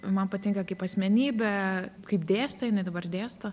man patinka kaip asmenybė kaip dėsto jinai dabar dėsto